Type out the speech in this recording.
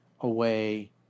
away